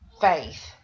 faith